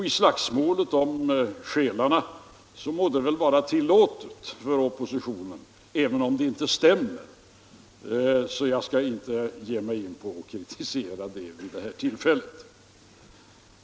I slagsmålet om själarna må det väl vara tillåtet för oppositionen, även om det inte stämmer, så jag skall inte ge mig in på någon kritik vid det här tillfället.